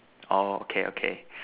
oh okay okay